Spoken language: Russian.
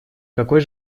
какой